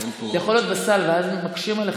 זה יכול להיות בסל ואז מקשים עליך,